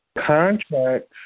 Contracts